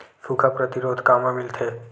सुखा प्रतिरोध कामा मिलथे?